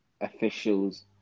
officials